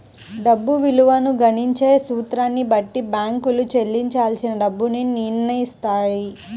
డబ్బు విలువను గణించే సూత్రాన్ని బట్టి బ్యేంకులు చెల్లించాల్సిన డబ్బుని నిర్నయిత్తాయి